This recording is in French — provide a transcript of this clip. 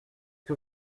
que